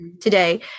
today